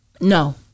No